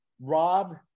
Rob